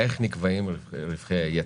איך נקבעים רווחי היתר.